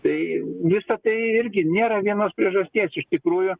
tai visa tai irgi nėra vienos priežasties iš tikrųjų